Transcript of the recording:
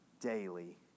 daily